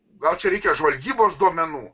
gal čia reikia žvalgybos duomenų